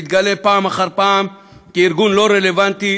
מתגלה פעם אחר פעם כארגון לא רלוונטי,